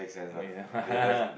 make sense